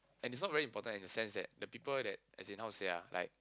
and it's not very important in the sense that the people that as in how to say ah like